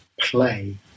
play